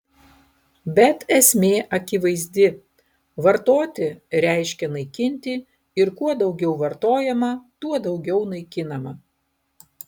bet esmė akivaizdi vartoti reiškia naikinti ir kuo daugiau vartojama tuo daugiau naikinama